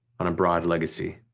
on a broad legacy.